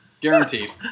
Guaranteed